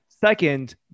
Second